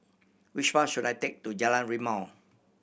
which bus should I take to Jalan Rimau